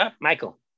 Michael